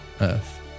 Earth